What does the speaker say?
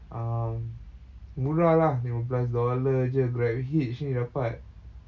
um murah lah lima belas dollar jer grabhitch ni dapat